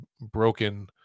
broken